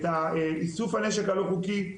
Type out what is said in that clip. את איסוף הנשק הלא-חוקי.